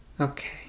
Okay